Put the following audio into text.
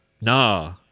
Nah